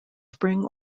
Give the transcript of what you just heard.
spring